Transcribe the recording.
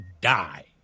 die